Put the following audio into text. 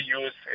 use